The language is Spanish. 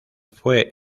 fue